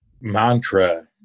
mantra